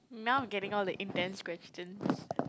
now I'm getting all the intense questions